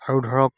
আৰু ধৰক